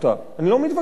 אני לא מתווכח על זה.